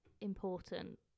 important